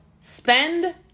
spend